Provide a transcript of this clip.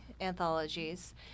anthologies